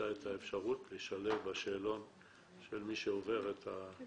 את האפשרות לשלב את זה בשאלון של מי שעובר את הבחינה.